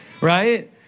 Right